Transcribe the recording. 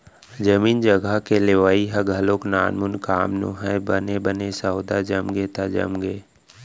जमीन जघा के लेवई ह घलोक नानमून काम नोहय बने बने सौदा जमगे त जमगे